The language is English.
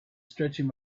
stretching